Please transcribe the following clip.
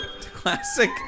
Classic